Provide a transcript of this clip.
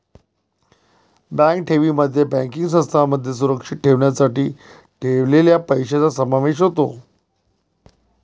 bank ठेवींमध्ये banking संस्थांमध्ये सुरक्षित ठेवण्यासाठी ठेवलेल्या पैशांचा समावेश होतो